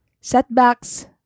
setbacks